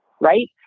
right